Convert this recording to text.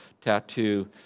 tattoo